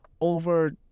over